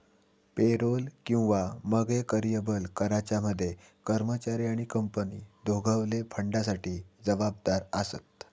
payroll किंवा मगे कर्यबल कराच्या मध्ये कर्मचारी आणि कंपनी दोघवले फंडासाठी जबाबदार आसत